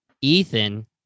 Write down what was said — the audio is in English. Ethan